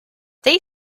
they